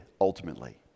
ultimately